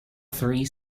three